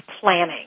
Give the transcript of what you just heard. planning